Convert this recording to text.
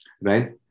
right